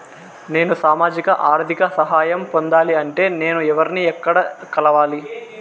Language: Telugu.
నేను సామాజిక ఆర్థిక సహాయం పొందాలి అంటే నేను ఎవర్ని ఎక్కడ కలవాలి?